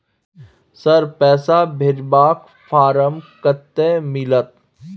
Sir, पैसा भेजबाक form कत्ते मिलत?